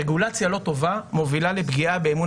רגולציה לא טובה מובילה לפגיעה באמון